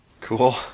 Cool